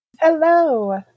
Hello